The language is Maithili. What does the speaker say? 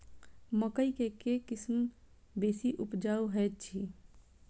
मकई केँ के किसिम बेसी उपजाउ हएत अछि?